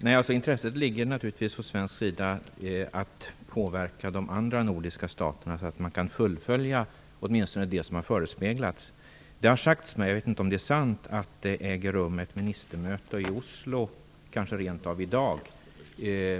Fru talman! Intresset ligger naturligtvis från svensk sida i att påverka de andra nordiska staterna så att man kan fullfölja åtminstone det som har förespeglats. Det har sagts mig - jag vet inte om det är sant - att det äger rum ett ministermöte i Oslo, kanske rent av i dag,